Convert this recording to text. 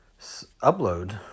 upload